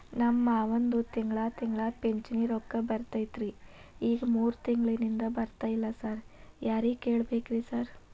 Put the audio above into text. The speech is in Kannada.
ನಮ್ ಮಾವಂದು ತಿಂಗಳಾ ತಿಂಗಳಾ ಪಿಂಚಿಣಿ ರೊಕ್ಕ ಬರ್ತಿತ್ರಿ ಈಗ ಮೂರ್ ತಿಂಗ್ಳನಿಂದ ಬರ್ತಾ ಇಲ್ಲ ಸಾರ್ ಯಾರಿಗ್ ಕೇಳ್ಬೇಕ್ರಿ ಸಾರ್?